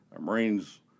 Marines